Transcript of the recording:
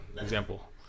example